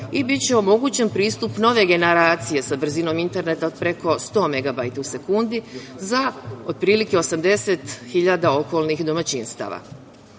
i biće omogućen pristup nove generacije sa brzinom interneta od preko 100 megabajta u sekundi za otprilike 80 hiljada okolnih domaćinstava. Iako